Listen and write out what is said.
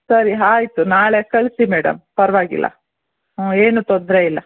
ಸರಿ ಆಯ್ತು ನಾಳೆ ಕಳಿಸಿ ಮೇಡಮ್ ಪರವಾಗಿಲ್ಲ ಹ್ಞೂ ಏನೂ ತೊಂದರೆಯಿಲ್ಲ